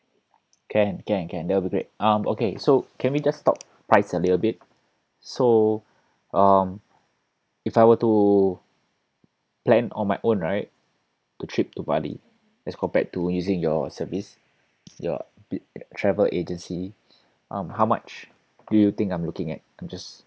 can can can that'll be great um okay so can we just talk price a little bit so um if I were to plan on my own right to trip to bali as compared to using your service your bit travel agency um how much do you think I'm looking at I'm just